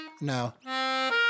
no